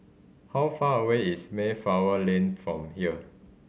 how far away is Mayflower Lane from here